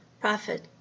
Prophet